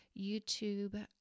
YouTube